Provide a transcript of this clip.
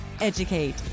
Educate